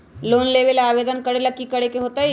Loan लेबे ला आवेदन करे ला कि करे के होतइ?